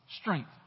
strength